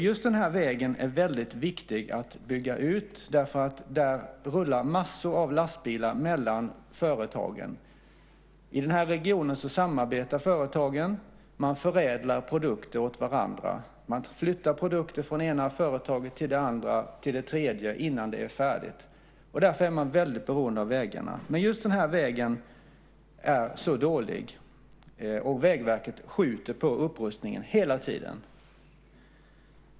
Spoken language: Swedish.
Just den här vägen är väldigt viktig att bygga ut, därför att där rullar massor av lastbilar mellan företagen. I den här regionen samarbetar företagen. Man förädlar produkter åt varandra. Man flyttar produkter från det ena företaget till det andra och till det tredje innan de är färdiga. Därför är man väldigt beroende av vägarna. Men just den här vägen är så dålig, och Vägverket skjuter på upprustningen hela tiden.